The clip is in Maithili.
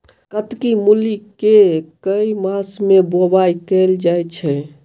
कत्की मूली केँ के मास मे बोवाई कैल जाएँ छैय?